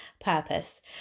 purpose